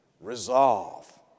resolve